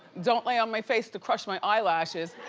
don't lay on my face to crush my eyelashes.